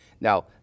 Now